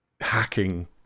hacking